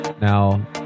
now